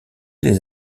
les